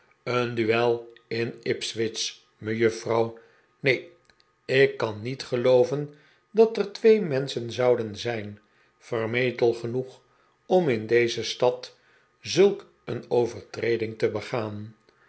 een duel in ipswich mejuffrouwl neen ik kan niet gelooven dat er twee menschen zouden zijn vermetel genoeg om in deze stad zulk een overtreding te begaan